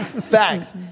Facts